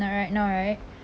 like right now right